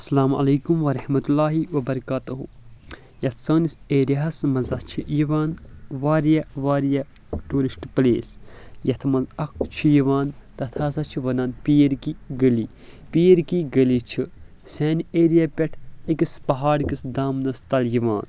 اسلامُ علیکم ورحمتہ اللّٰہِ وبرکاتہُ یتھ سأنِس ایریاہس منٛز ہسا چھ یِوان واریاہ واریاہ ٹیوٗرِسٹ پلیس یتھ منٛز اکھ چھ یِوان تَتھ ہسا چھ ونان پیٖر کی گٔلی پیٖر کی گٔلی چھ سانہِ ایریا پٮ۪ٹھ أکِس پہاڑکِس دامنس تل یِوان